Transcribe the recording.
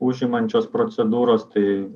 užimančios procedūros tai